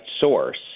source